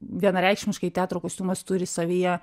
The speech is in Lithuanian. vienareikšmiškai teatro kostiumas turi savyje